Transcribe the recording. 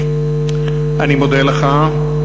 אני מודה לך.